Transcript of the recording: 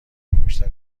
انگشتر